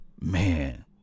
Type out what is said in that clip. man